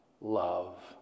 love